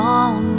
on